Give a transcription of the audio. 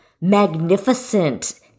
magnificent